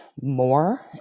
more